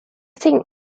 think